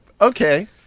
Okay